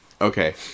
Okay